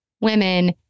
women